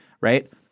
right